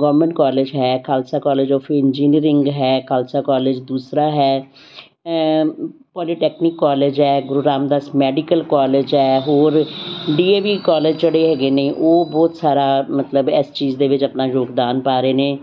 government college ਹੈ Khalsa college of engineering ਹੈ Khalsa college ਦੂਸਰਾ ਹੈ ਪੋਲੀਟੈਕਨਿਕ ਕਾਲਜ ਹੈ ਗੁਰੂ ਰਾਮਦਾਸ ਮੈਡੀਕਲ ਕਾਲਜ ਹੈ ਹੋਰ ਡੀਏਵੀ ਕਾਲਜ ਜਿਹੜੇ ਹੈਗੇ ਨੇ ਉਹ ਬਹੁਤ ਸਾਰਾ ਮਤਲਬ ਇਸ ਚੀਜ਼ ਦੇ ਵਿੱਚ ਆਪਣਾ ਯੋਗਦਾਨ ਪਾ ਰਹੇ ਨੇ